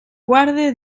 guarde